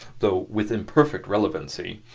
though with imperfect relevancy.